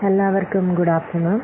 എല്ലാവർക്കും good afternoon